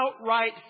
outright